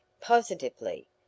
Positively